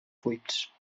buits